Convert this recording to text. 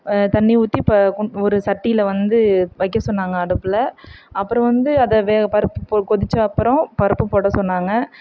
தண்ணி ஊற்றி பா கொண் ஒரு சட்டியில் வந்து வைக்க சொன்னாங்க அடுப்பில் அப்புறோம் வந்து அதை வெ பருப்பு ப கொதித்த அப்புறோம் பருப்பு போட சொன்னாங்க